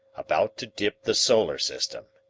about to dip the solar system,